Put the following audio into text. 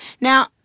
Now